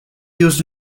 used